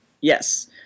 Yes